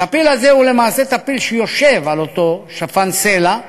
הטפיל הזה הוא למעשה טפיל שיושב על אותו שפן סלע,